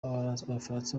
abafaransa